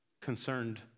concerned